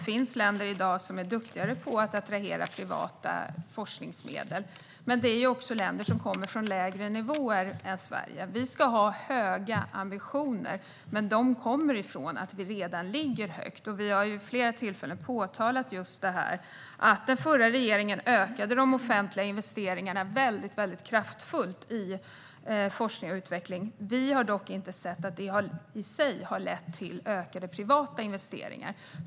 Det finns länder som i dag är duktigare på att attrahera privata forskningsmedel, men de utgår också från lägre nivåer än Sverige. Vi ska ha höga ambitioner, och dessa ambitioner bygger på att vi redan ligger högt. Vi har vid flera tillfällen påpekat att den förra regeringen ökade de offentliga investeringarna i forskning och utveckling väldigt kraftfullt. Vi har dock inte sett att detta i sig har lett till ökade privata investeringar.